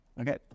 Okay